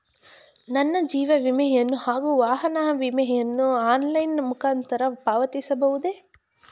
ನನ್ನ ಜೀವ ವಿಮೆಯನ್ನು ಹಾಗೂ ವಾಹನ ವಿಮೆಯನ್ನು ಆನ್ಲೈನ್ ಮುಖಾಂತರ ಪಾವತಿಸಬಹುದೇ?